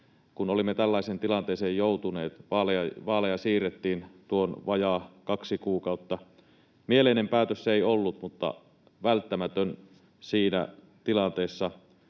kun olimme tällaiseen tilanteeseen joutuneet, vaaleja siirrettiin tuon vajaa kaksi kuukautta. Mieleinen päätös se ei ollut mutta välttämätön siinä tilanteessa,